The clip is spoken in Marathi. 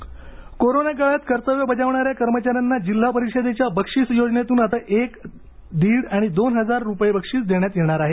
जिल्हा परिषद कोरोना काळात कर्तव्य बजावणाऱ्या कर्मचाऱ्यांना जिल्हा परिषदेच्या बक्षिस योजनेतून आता एक दीड आणि दोन हजार रुपये बक्षीस देण्यात येणार आहेत